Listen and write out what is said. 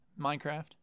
Minecraft